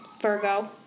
Virgo